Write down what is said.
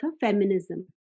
feminism